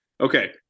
okay